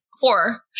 four